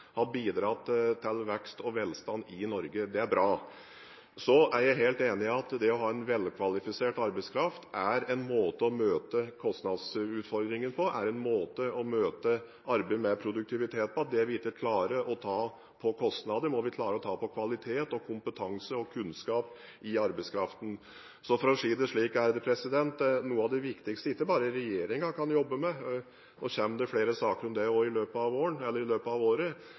har bidratt til vekst og velstand i Norge. Det er bra. Så er jeg helt enig i at det å ha velkvalifisert arbeidskraft er en måte å møte kostnadsutfordringene på, en måte å møte arbeid med produktivitet på – det vi ikke klarer å ta på kostnader, må vi klare å ta på kvalitet, kompetanse og kunnskap i arbeidskraften. Så noe av det viktigste, som ikke bare regjeringen kan jobbe med – nå kommer det flere saker om dette i løpet av våren eller i løpet av året